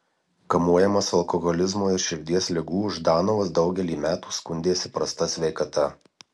kamuojamas alkoholizmo ir širdies ligų ždanovas daugelį metų skundėsi prasta sveikata